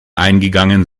eingegangen